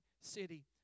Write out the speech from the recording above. city